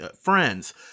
...friends